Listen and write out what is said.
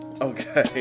okay